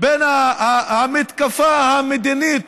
בין המתקפה המדינית